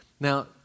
Now